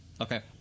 Okay